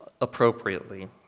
appropriately